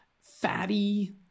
fatty